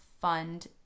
fund